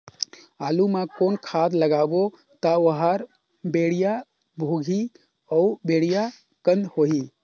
आलू मा कौन खाद लगाबो ता ओहार बेडिया भोगही अउ बेडिया कन्द होही?